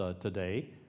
today